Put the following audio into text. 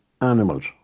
animals